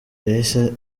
yahise